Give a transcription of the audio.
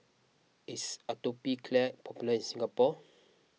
is Atopiclair popular in Singapore